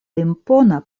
impona